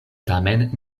tamen